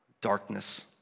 Darkness